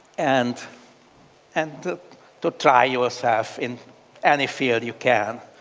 and and to try yourself in any field you can.